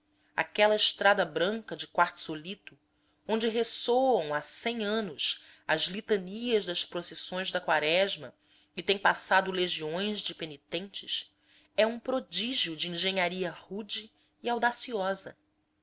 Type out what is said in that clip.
aquela estrada branca de quartzito onde ressoam há cem anos as litanias das procissões da quaresma e têm passado legiões de penitentes é um prodígio de engenharia rude e audaciosa